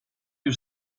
più